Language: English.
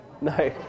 No